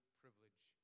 privilege